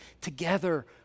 together